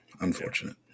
Unfortunate